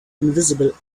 invisible